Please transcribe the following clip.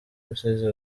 rusizi